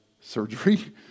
surgery